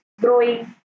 growing